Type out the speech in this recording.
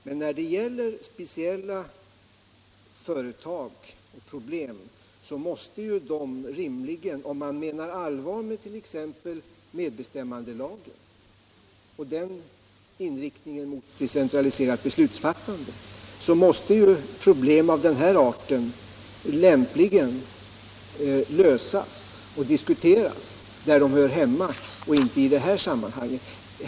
Men när det gäller speciella företag och deras problem måste dessa, om man nu menar allvar med medbestämmandelagen och inriktningen mot ett decentraliserat beslutsfattande, lämpligen diskuteras och lösas där de hör hemma och inte i det här sammanhanget.